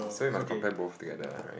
so you must compare both together uh right